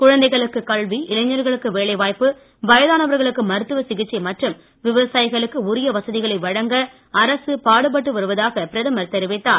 குழந்தைகளுக்கு கல்வி இளைஞர்களுக்கு வேலைவாய்ப்பு வயதானவர்களுக்கு மருத்துவ சிகிச்சை மற்றும் விவசாயிகளுக்கு உரிய வசதிகளை வழங்க அரசு பாடுபட்டு வருவதாக பிரதமர் தெரிவித்தார்